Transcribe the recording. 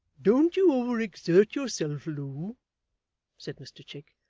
don't you over-exert yourself, loo said mr chick,